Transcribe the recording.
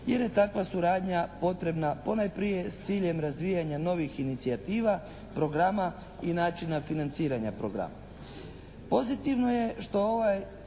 jer je takva suradnja potrebna ponajprije s ciljem razvijanja novih inicijativa, programa i načina financiranja programa.